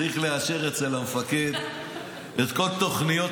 צריך לאשר אצל המפקד את כל תוכניות